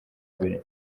mbere